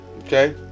Okay